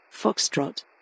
Foxtrot